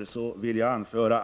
överklagande av beslut om sakkunnig.